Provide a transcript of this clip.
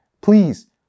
Please